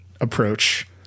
approach